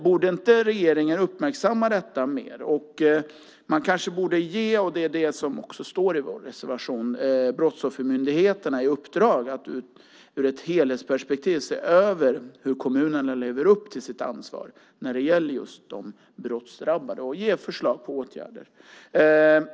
Borde inte regeringen uppmärksamma detta mer? Man kanske borde ge - det står i vår reservation - brottsoffermyndigheterna i uppdrag att ur ett helhetsperspektiv se över hur kommunerna lever upp till sitt ansvar när det gäller de brottsdrabbade och ge förslag på åtgärder.